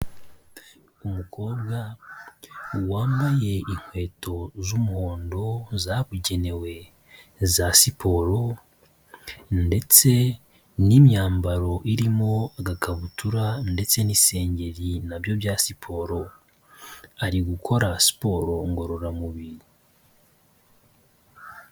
Umukobwa wambaye inkweto z'umuhondo zabugenewe za siporo ndetse n'imyambaro irimo agakabutura ndetse n'isengeri na byo bya siporo, ari gukora siporo ngororamubiri.